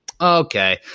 okay